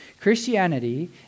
Christianity